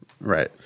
Right